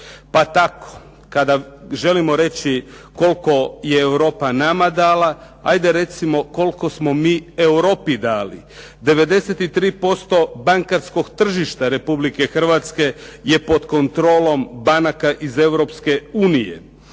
Pa tako kada želimo reći koliko je Europa nama dala, hajde recimo koliko smo mi Europi dali. 93% bankarskog tržišta Republike Hrvatske je pod kontrolom banaka iz Europske unije.